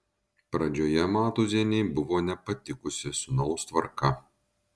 pradžioje matūzienei buvo nepatikusi sūnaus tvarka